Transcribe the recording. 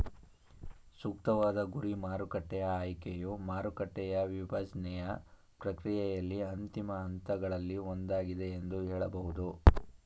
ಸೂಕ್ತವಾದ ಗುರಿ ಮಾರುಕಟ್ಟೆಯ ಆಯ್ಕೆಯು ಮಾರುಕಟ್ಟೆಯ ವಿಭಜ್ನೆಯ ಪ್ರಕ್ರಿಯೆಯಲ್ಲಿ ಅಂತಿಮ ಹಂತಗಳಲ್ಲಿ ಒಂದಾಗಿದೆ ಎಂದು ಹೇಳಬಹುದು